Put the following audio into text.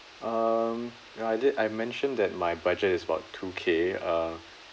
um ya I did I mentioned that my budget is about two K uh